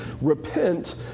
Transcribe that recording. Repent